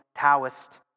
Taoist